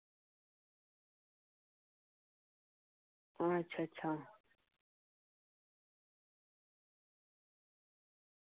हां अच्छा अच्छा